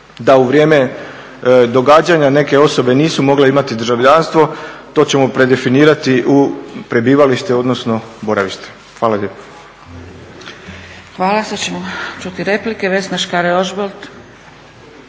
da u vrijeme događanja neke osobe nisu mogle imati državljanstvo. To ćemo predefinirati u prebivalište, odnosno boravište. Hvala lijepo. **Zgrebec, Dragica (SDP)** Hvala. Sad ćemo čuti replike. Vesna Škare-Ožbolt.